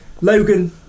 Logan